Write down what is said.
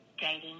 dating